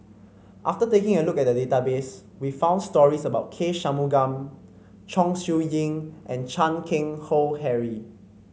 after taking a look at the database we found stories about K Shanmugam Chong Siew Ying and Chan Keng Howe Harry